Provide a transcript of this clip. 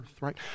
right